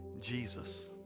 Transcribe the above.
Jesus